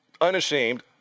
unashamed